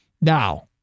Now